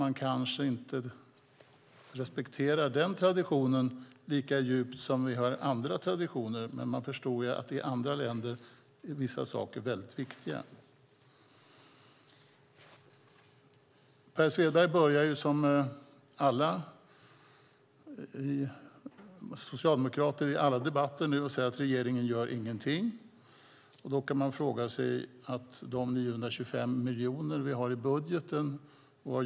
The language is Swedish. Vi kanske inte respekterar den traditionen lika djupt som vi gör med andra traditioner, men vi förstod att i andra länder är vissa saker mycket viktiga. Per Svedberg började som alla socialdemokrater gör i alla debatter, nämligen med att säga att regeringen gör ingenting. Vad sker då med de 925 miljonerna i budgeten?